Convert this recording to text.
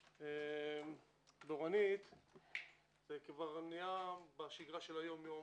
באורנית זה כבר נהיה בשגרה היום-יומית,